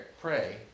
pray